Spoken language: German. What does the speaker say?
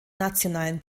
nationalen